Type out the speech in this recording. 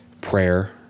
prayer